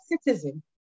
citizen